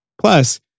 Plus